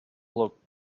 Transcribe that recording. look